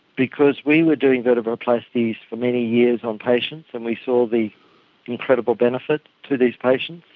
because we were doing vertebroplasties for many years on patients and we saw the incredible benefit to these patients.